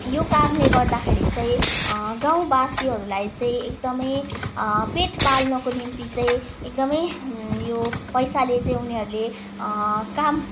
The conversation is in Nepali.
यो कामले गर्दाखेरि चाहिँ गाउँवासीहरूलाई चाहिँ एकदमै पेट पाल्नको निम्ति चाहिँ एकदमै यो पैसाले चाहिँ उनीहरूले यो काम